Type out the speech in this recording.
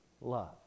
love